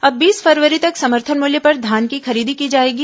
अब बीस फरवरी तक समर्थन मूल्य पर धान की खरीदी की जाएगी